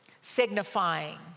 signifying